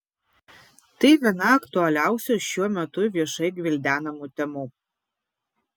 tai viena aktualiausių šiuo metu viešai gvildenamų temų